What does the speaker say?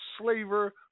slaver